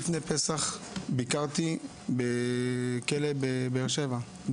לפני פסח ביקרתי בכלא דקל בבאר שבע.